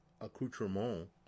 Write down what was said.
accoutrement